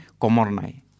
Komornai